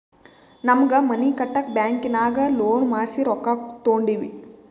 ನಮ್ಮ್ಗ್ ಮನಿ ಕಟ್ಟಾಕ್ ಬ್ಯಾಂಕಿನಾಗ ಲೋನ್ ಮಾಡ್ಸಿ ರೊಕ್ಕಾ ತೊಂಡಿವಿ